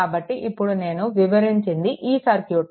కాబట్టి ఇప్పుడు నేను వివరించింది ఈ సర్క్యూట్